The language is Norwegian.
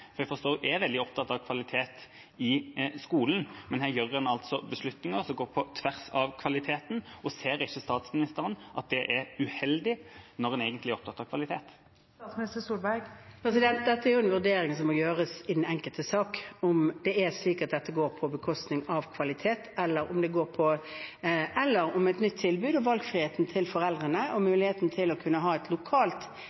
i skolen, men her gjør en altså beslutninger som går på tvers av kvaliteten. Ser ikke statsministeren at det er uheldig, når en egentlig er opptatt av kvalitet? Dette er en vurdering som må gjøres i den enkelte sak, om det er slik at dette går på bekostning av kvalitet, eller om et nytt tilbud, valgfrihet for foreldrene og muligheten til å kunne ha et